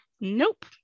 nope